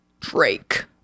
Drake